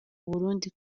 burundi